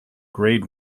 grade